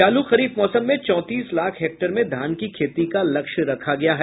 चालू खरीफ मौसम में चौंतीस लाख हेक्टेयर में धान की खेती का लक्ष्य रखा गया है